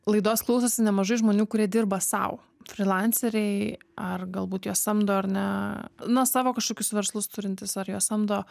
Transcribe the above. laidos klausosi nemažai žmonių kurie dirba sau frilanceriai ar galbūt juos samdo ar ne na savo kažkokius verslus turintys ar juos samdo